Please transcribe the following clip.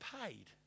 paid